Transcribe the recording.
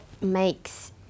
makes